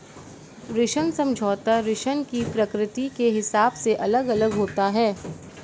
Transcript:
ऋण समझौता ऋण की प्रकृति के हिसाब से अलग अलग होता है